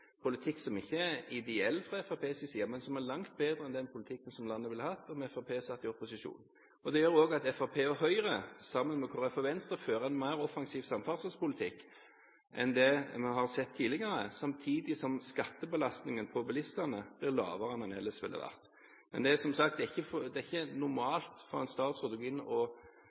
politikk som ikke er ideell sett fra Fremskrittspartiets side, men den er langt bedre enn den politikken landet ville hatt om Fremskrittspartiet hadde sittet i opposisjon. Det gjør også at Fremskrittspartiet og Høyre, sammen med Kristelig Folkeparti og Venstre, fører en mer offensiv samferdselspolitikk enn det vi har sett tidligere, samtidig som skattebelastningen for bilistene blir lavere enn den ellers ville vært. Det er, som sagt, ikke normalt for en statsråd å gå inn